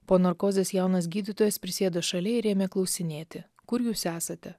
po narkozės jaunas gydytojas prisėdo šalia ir ėmė klausinėti kur jūs esate